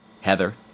heather